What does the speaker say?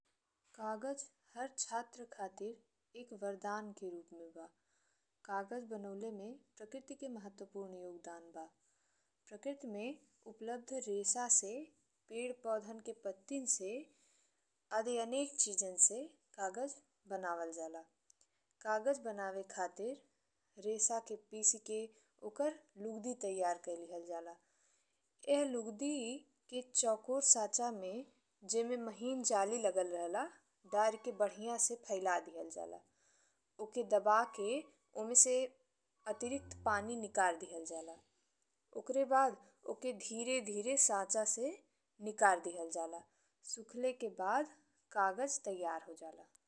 कागज हर छात्र के खातिर एक वरदान के रूप में बा। कागज बनावे में प्रकृति के महत्वपूर्ण योगदान बा। प्रकृति में उपलब्ध रेशा से, पेड़ पौधन के पत्तिन से आदि अनेको चिजन से काजल बनावल जाला। कागज बनावे खातिर रेशा के पीस के, ओकर लुगदी तैयार कइ लिहल जाला। ईह लुगदी ई के चौकोर साचा में जेमे महीन जाली लगल रहेला दरी के बढ़िया से फैला दिहल जाला। ओके दबा के ओमे से अतिरिक्त पानी निकाल दिहल जाला। ओकरे बाद ओके धीरे-धीरे साचा से निकाल दिहल जाला। सुखले के बाद कागज तैयार हो जाला।